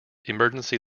emergency